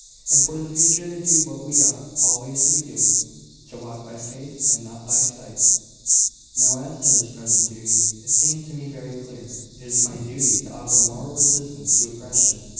and for the future to do what we ought always to be doing to walk by faith and not by sight now, as to this present duty, it seems to me very clear. it is my duty to offer moral resistance to oppression,